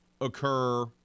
occur